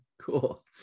cool